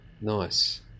Nice